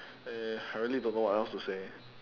eh I really don't know what else to say